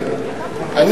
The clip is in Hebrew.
אני